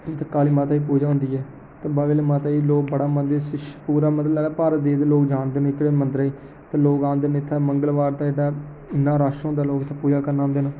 उ'त्थें काली माता दी पूजा होंदी ऐ ते बाह्वे आह्ली माता ई लोग बड़ा मनदे इस पूरा मतलब की पूरे भारत दे लोग जानदे न इस मंदरे ई ते लोक आंदे न इ'त्थें ते मंगलवार ते इ'त्थें इ'न्ना रश होंदा लोग इ'त्थें पूजा करन औंदे न